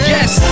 Yes